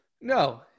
No